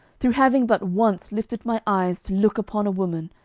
through having but once lifted my eyes to look upon a woman,